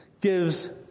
gives